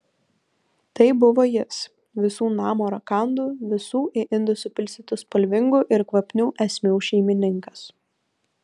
tai buvo jis visų namo rakandų visų į indus supilstytų spalvingų ir kvapnių esmių šeimininkas